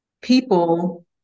people